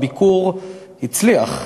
הביקור הצליח,